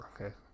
Okay